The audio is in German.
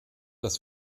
das